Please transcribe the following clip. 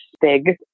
big